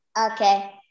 Okay